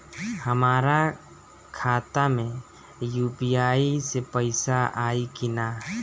हमारा खाता मे यू.पी.आई से पईसा आई कि ना?